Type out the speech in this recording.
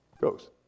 goes